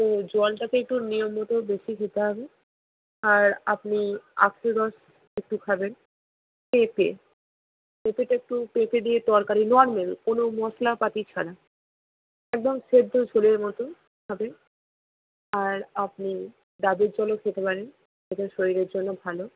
হুম জলটাকে একটু নিয়ম মত বেশি খেতে হবে আর আপনি আখের রস একটু খাবেন পেঁপে পেঁপেটা একটু পেঁপে দিয়ে তরকারি নর্মাল কোনো মশলাপাতি ছাড়া একদম সেদ্ধ ঝোলের মতন হবে আর আপনি ডাবের জলও খেতে পারেন এটা শরীরের জন্য ভালো